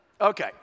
Okay